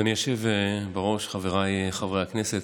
אדוני היושב-ראש, חבריי חברי הכנסת,